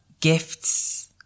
gifts